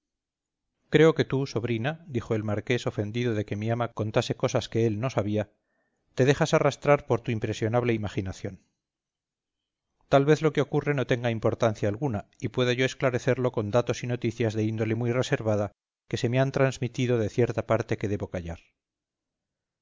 creo que tú sobrina dijo el marqués ofendido de que mi ama contase cosas que él no sabía te dejas arrastrar por tu impresionable imaginación tal vez lo que ocurre no tenga importancia alguna y pueda yo esclarecerlo con datos y noticias de índole muy reservada que se me han trasmitido de cierta parte que debo callar